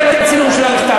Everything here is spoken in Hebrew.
ניתן לו צילום של המכתב,